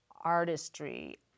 artistry